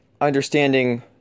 understanding